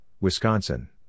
Wisconsin